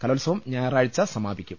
കലോത്സവം ഞായറാഴ്ച സമാപിക്കും